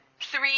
Three